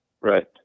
Right